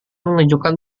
menunjukkan